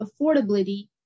affordability